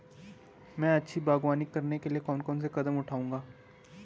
मैं अच्छी बागवानी करने के लिए कौन कौन से कदम बढ़ाऊंगा?